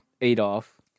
Adolf